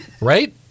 Right